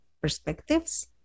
perspectives